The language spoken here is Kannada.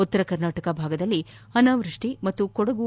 ಉತ್ತರ ಕರ್ನಾಟಕ ಭಾಗದಲ್ಲಿ ಅನಾವೃಷ್ಷಿ ಮತ್ತು ಕೊಡಗು